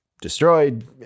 destroyed